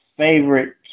favorite